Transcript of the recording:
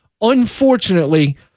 unfortunately